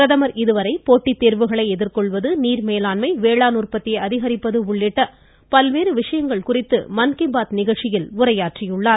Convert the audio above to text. பிரதமர் இதுவரை போட்டித்தேர்வுகளை எதிர்கொள்வது நீர் மேலாண்மை வேளாண் உற்பத்தியை அதிகரிப்பது உள்ளிட்ட பல்வேறு விசயங்கள் குறித்து மன் கி பாத் நிகழ்ச்சியில் உரையாற்றியுள்ளார்